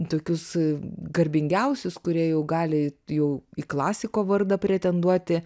tokius garbingiausius kurie jau gali jau į klasiko vardą pretenduoti